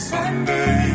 Sunday